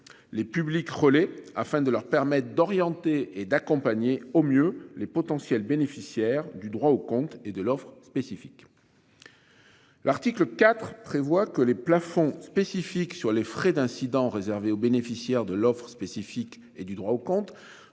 les publics relais afin de leur permettre d'orienter et d'accompagner au mieux les potentiels bénéficiaires du droit au compte et de l'offre spécifique. L'article IV prévoit que les plafonds spécifiques sur les frais d'incident réservé aux bénéficiaires de l'offre spécifique et du droit au compte